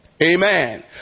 Amen